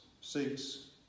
six